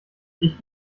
ich